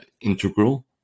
integral